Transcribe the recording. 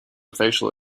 facial